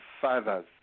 fathers